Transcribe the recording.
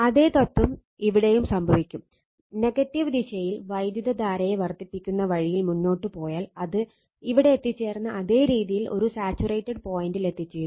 അതേ തത്വം ഇവിടെയും സംഭവിക്കും നെഗറ്റീവ് ദിശയിൽ വൈദ്യുതധാരയെ വർദ്ധിപ്പിക്കുന്ന വഴിയിൽ മുന്നോട്ട് പോയാൽ അത് ഇവിടെ എത്തിച്ചേർന്ന അതേ രീതിയിൽ ഒരു സാച്ചുറേറ്റഡ് പോയിന്റിൽ എത്തിച്ചേരും